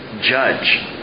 judge